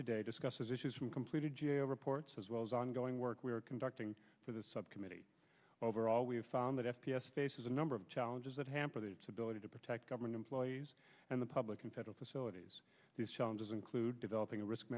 today discusses issues from completed g a o reports as well as ongoing work we are conducting to the subcommittee overall we have found that f p s faces a number of challenges that hamper the its ability to protect government employees and the public and federal facilities these challenges include developing a risk